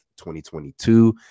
2022